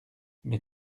mais